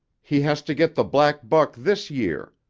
he has to get the black buck this year.